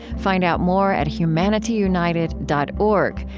find out more at humanityunited dot org,